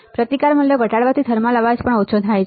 પ્રતિકાર મૂલ્યો ઘટાડવાથી થર્મલ અવાજ પણ ઓછો થાય છે